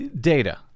data